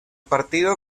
partido